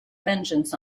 vengeance